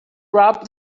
rub